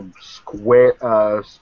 square